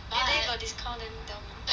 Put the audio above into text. then got discount better tell me